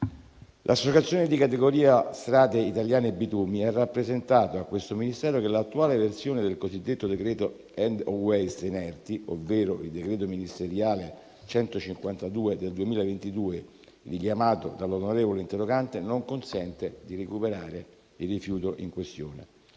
L'associazione di categoria Strade italiane e bitumi ha rappresentato a questo Ministero che l'attuale versione del cosiddetto decreto *end of waste* inerti, ovvero il decreto ministeriale n. 152 del 2022, richiamato dall'onorevole interrogante, non consente di recuperare il rifiuto in questione.